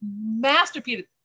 masterpiece